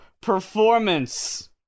performance